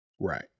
Right